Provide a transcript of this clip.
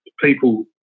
people